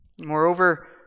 Moreover